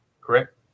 correct